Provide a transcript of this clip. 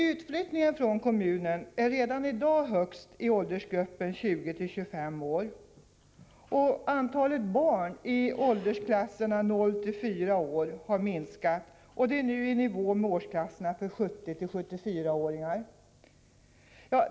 Utflyttningen från kommunen är redan i dag störst i åldersgruppen 20-25 år, och antalet barn i åldersklasserna 0—4 år har minskat och är nu i nivå med åldersklasserna 70-74 år.